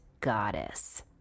goddess